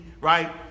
right